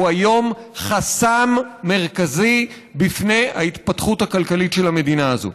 היום חסם מרכזי בפני ההתפתחות הכלכלית של המדינה הזאת.